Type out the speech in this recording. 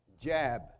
jab